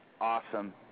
Awesome